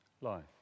life